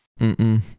Mm-mm